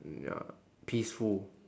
ya peaceful